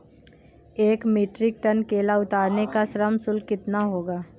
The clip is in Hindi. एक मीट्रिक टन केला उतारने का श्रम शुल्क कितना होगा?